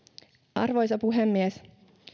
arvoisa puhemies